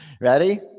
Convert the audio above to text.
Ready